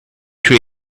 too